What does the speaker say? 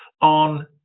on